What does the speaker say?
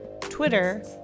Twitter